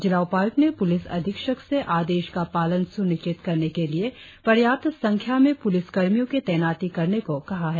जिला उपायुक्त ने पुलिस अधीक्षक से आदेश का पालन सुनिश्चित करने के लिए पर्याप्त संख्या में पुलिस कर्मियों की तैनाती करने को कहा है